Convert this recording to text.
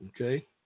Okay